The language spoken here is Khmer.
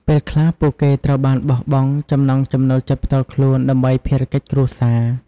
ពេលខ្លះពួកគេត្រូវបោះបង់ចំណង់ចំណូលចិត្តផ្ទាល់ខ្លួន ដើម្បីភារកិច្ចគ្រួសារ។